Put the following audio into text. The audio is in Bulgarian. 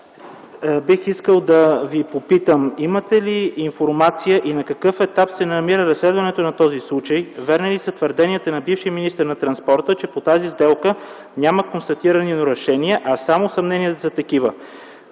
бих искал да Ви попитам: имате ли информация и на какъв етап се намира разследването на този случай, верни ли са твърденията на бившия министър на транспорта, че по тази сделка няма констатирани нарушения, а само съмнения за такива?